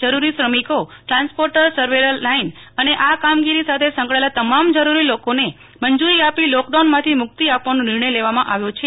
જરૂરી શ્રમિકો transporter surveyor line અને આ કામગોરી સાથે સંકડાયેલા તમામ જરૂરી લોકોને મંજુરી આપી લોકડાઉન માંથી મુકિત આપવાનો નિર્ણય લેવામા આવ્યો છે